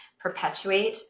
perpetuate